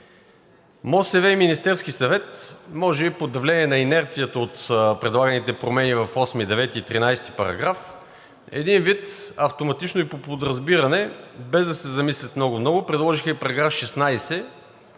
МОСВ и Министерският съвет може би под давление на инерцията от предлаганите промени в параграфи 8, 9 и 13 един вид автоматично и по подразбиране, без да се замислят много-много, предложиха и § 16